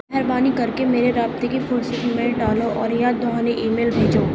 مہربانی کر کے میرے رابطے کی فرصت میں ڈالو اور یاد دہانی ای میل بھیجو